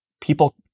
people